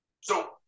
So-